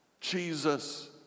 Jesus